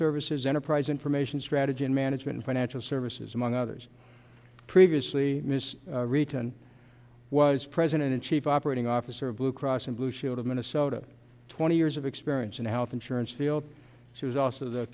services enterprise information strategy and management financial services among others previously written was president and chief operating officer of blue cross and blue shield of minnesota twenty years of experience and health insurance field she was also the